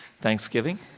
Thanksgiving